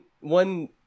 one